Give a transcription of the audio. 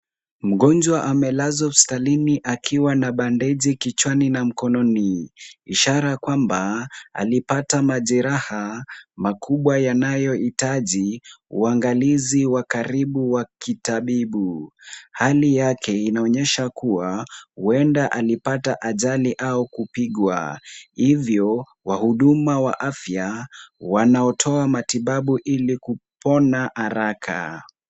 Mgonjwa amelazwa hospitalini akiwa na bandage kichwani na mkononi, ishara kwamba alipata majeraha makubwa yanayohitaji uangalizi wa karibu wa kitabibu. Hali yake inaonyesha kuwa huenda alipata ajali au kupigwa. Hivyo, wahuduma wa afya wanaotoa matibabu ili kupona haraka.